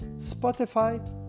Spotify